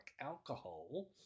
alcohol